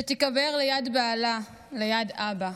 שתיקבר ליד בעלה, ליד אבא".